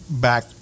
back